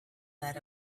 that